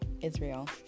Israel